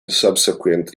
subsequent